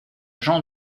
jean